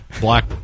Black